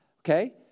Okay